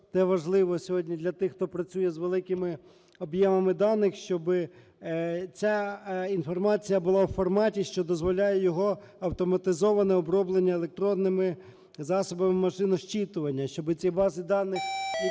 те важливо сьогодні для тих, хто працює з великими об'ємами даних, щоби ця інформація була в форматі, що дозволяє його автоматизоване оброблення електронними засобами (машинозчитування), щоби ці бази даних,